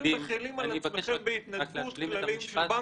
אתם מחילים על עצמכם בהתנדבות כללים של בנקים?